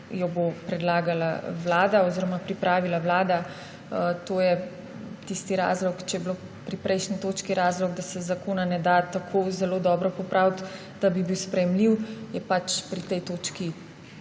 jo bo predlagala Vlada oziroma pripravila Vlada. To je tisti razlog. Če je bil pri prejšnji točki razlog, da se zakona ne da tako zelo dobro popraviti, da bi bil sprejemljiv, je pač pri tej točki